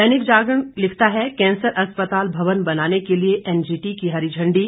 दैनिक जागरण का लिखता है कैंसर अस्पताल भवन बनाने के लिए एनजीटी की हरी इांडी